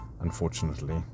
unfortunately